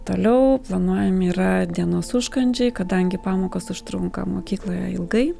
toliau planuojami yra dienos užkandžiai kadangi pamokos užtrunka mokykloje ilgai